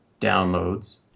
downloads